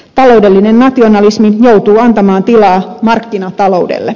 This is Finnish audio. taloudellinen nationalismi joutuu antamaan tilaa markkinataloudelle